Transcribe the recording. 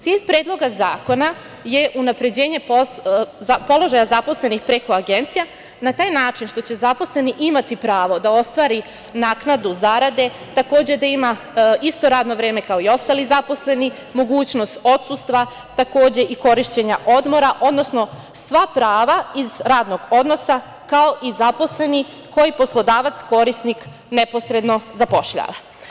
Cilj predloga zakona je unapređenje položaja zaposlenih preko agencija, na taj način što će zaposleni imati pravo da ostvari naknadu zarade, takođe, da ima isto radno vreme kao i ostali zaposleni, mogućnost odsustva, takođe i korišćenja odmora, odnosno sva prava iz radnog odnosa kao i zaposleni koje poslodavac korisnik neposredno zapošljava.